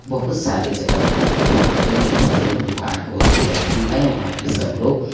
बहुत सारे जगह हैं कि जहाँ पे मैडम लोग दुकान खोल के बैठी हैं वहाँ सब लोग